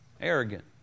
Arrogant